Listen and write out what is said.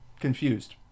confused